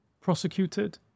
prosecuted